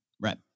Right